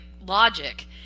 logic